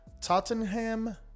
Tottenham